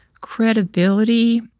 credibility